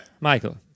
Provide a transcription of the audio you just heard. Michael